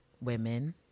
women